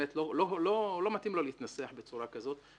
באמת לא מתאים לו להתנסח בצורה כזאת,